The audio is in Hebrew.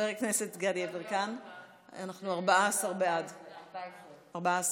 11 בעד,